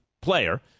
player